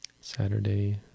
Saturday